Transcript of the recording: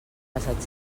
passat